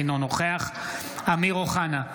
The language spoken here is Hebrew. אינו נוכח אמיר אוחנה,